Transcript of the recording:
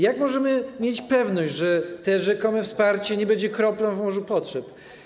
Jak możemy mieć pewność, że to rzekome wsparcie nie będzie kroplą w morzu potrzeb?